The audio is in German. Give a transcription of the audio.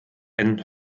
einen